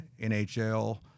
nhl